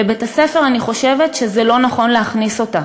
לבית-הספר אני חושבת שזה לא נכון להכניס אותה,